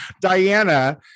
Diana